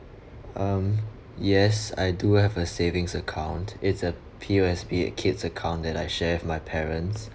um yes I do have a savings account it's a P_O_S_B a kid's account that I share with my parents